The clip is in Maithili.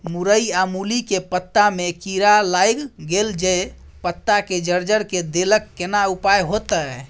मूरई आ मूली के पत्ता में कीरा लाईग गेल जे पत्ता के जर्जर के देलक केना उपाय होतय?